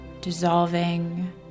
dissolving